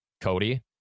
Cody